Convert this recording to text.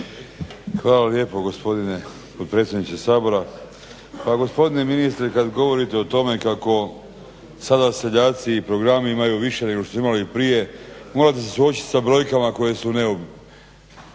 Hvala lijepo gospodine potpredsjedniče Sabora. Pa gospodine ministre kad govorite o tome kako sada seljaci i programi imaju više nego što su imali prije morate se suočiti sa brojkama koje su neupitne.